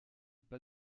pas